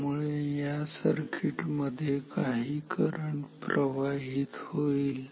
त्यामुळे या सर्किट मध्ये काही करंट प्रवाहित होईल